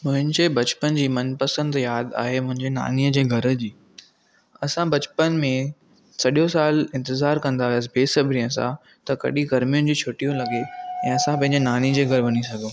मुंहिंजे ब॒चपन जी मनपसंदि यादि आहे मुंहिंजे नानीअ जे घरु जी असां ब॒चपन में सॼो सालु इंतिज़ारु कंदा हुआसीं बेसब्री सां त कॾहिं गरमियुनि जी छुट्टियूं लग॒नि ऐं असां पंहिंजे नानीअ जे घरु वञी सघूं